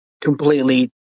completely